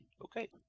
Okay